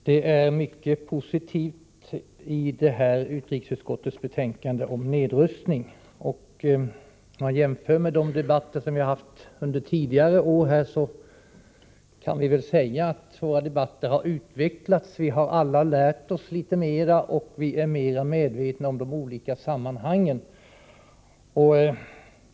Herr talman! Utrikesutskottets skrivning om nedrustningen är mycket positiv. Om man jämför med de debatter i denna fråga som förts under tidigare år kan man nog säga att debatterna har utvecklats. Alla har vi lärt oss litet mera. Vi är mera medvetna om de olika sammanhangen.